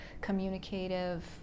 communicative